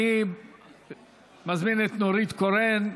אני מזמין את נורית קורן,